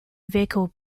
vehicle